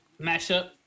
mashup